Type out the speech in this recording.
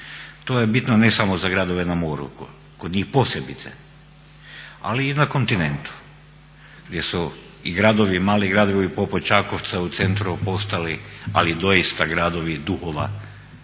To je bitno ne samo za gradove na moru, kod njih posebice, ali i na kontinentu gdje su i gradovi i mali gradovi poput Čakovca u centru postali ali doista gradovi duhova